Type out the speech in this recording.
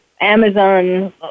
Amazon